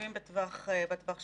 ישובים בטווח שהוזכר,